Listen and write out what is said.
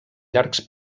llargs